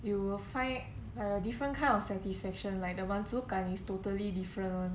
you will find a different kind of satisfaction like 满足感 is totally different [one]